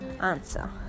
answer